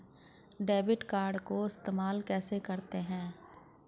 Debit card को इस्तेमाल कैसे करते हैं?